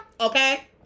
Okay